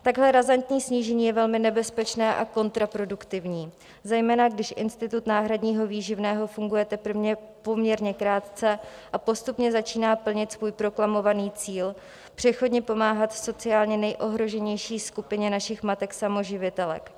Takhle razantní snížení je velmi nebezpečné a kontraproduktivní, zejména když institut náhradního výživného funguje poměrně krátce a postupně začíná plnit svůj proklamovaný cíl, přechodně pomáhat sociálně nejohroženější skupině našich matek samoživitelek.